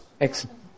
Excellent